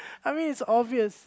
I mean is obvious